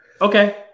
Okay